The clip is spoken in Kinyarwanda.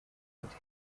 ate